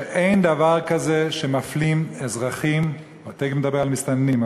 שאין דבר כזה שמפלים אזרחים, תכף נדבר על מסתננים,